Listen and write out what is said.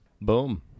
Boom